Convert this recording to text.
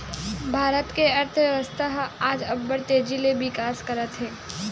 भारत के अर्थबेवस्था ह आज अब्बड़ तेजी ले बिकास करत हे